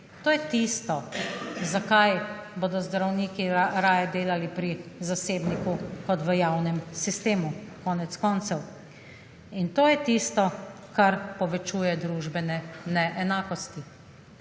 To je tisto zakaj bodo zdravniki raje delati pri zasebniku kot v javnem sistemu, konec koncev. In to je tisto, kar povečuje družene neenakosti.